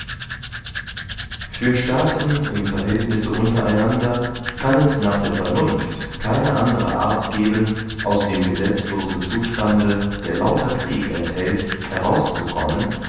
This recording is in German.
für staaten im verhältnisse unter einander kann es nach der vernunft keine andere art geben aus dem gesetzlosen zustande der lauter krieg enthält herauszukommen